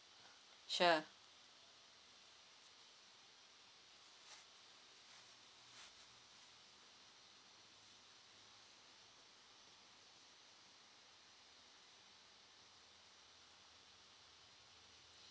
sure